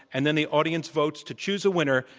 and then the audience votes to choose a winner,